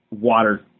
water